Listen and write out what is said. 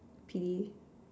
pretty